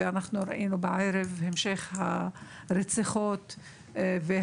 ואנחנו ראינו בערב את המשך הרציחות והיריות,